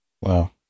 wow